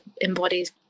embodies